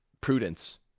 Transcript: prudence